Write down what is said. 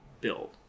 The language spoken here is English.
build